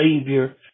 Savior